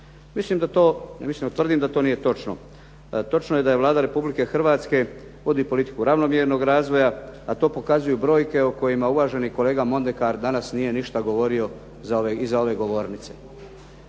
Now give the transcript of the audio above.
Mislim da to, tvrdim da to nije točno. Točno je da Vlada Republike Hrvatske vodi politiku ravnomjernog razvoja, a to pokazuje brojke o kojima uvaženi kolega Mondekar danas nije ništa govorio iza ove govornice.